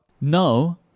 No